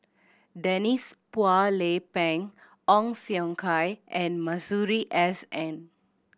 Denise Phua Lay Peng Ong Siong Kai and Masuri S N